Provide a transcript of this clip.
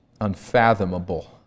unfathomable